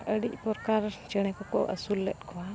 ᱟᱹᱰᱤ ᱯᱨᱚᱠᱟᱨ ᱪᱮᱬᱮ ᱠᱚᱠᱚ ᱟᱹᱥᱩᱞ ᱞᱮᱫ ᱠᱚᱣᱟ